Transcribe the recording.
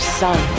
son